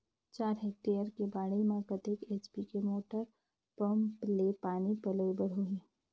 चार हेक्टेयर के बाड़ी म कतेक एच.पी के मोटर पम्म ले पानी पलोय बर होही?